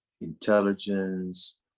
intelligence